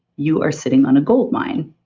you are sitting on a gold mine.